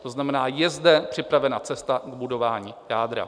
To znamená, jde zde připravena cesta k budování jádra.